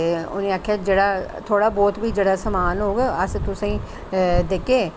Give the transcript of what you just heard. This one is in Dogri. ते उनें आखेआ जेहड़ा थोह्ड़ा बहुत बी जेहड़ा समान होग अस तुसेंगी देगे